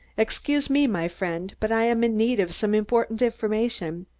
excuse me, my friend, but i am in need of some important information.